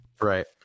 right